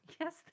yes